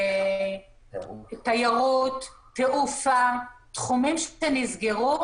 תיירות, תעופה תחומים שנסגרו